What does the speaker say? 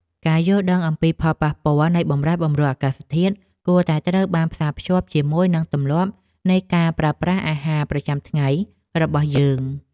ការយល់ដឹងអំពីផលប៉ះពាល់នៃបម្រែបម្រួលអាកាសធាតុគួរតែត្រូវបានផ្សារភ្ជាប់ជាមួយនឹងទម្លាប់នៃការប្រើប្រាស់អាហារប្រចាំថ្ងៃរបស់យើង។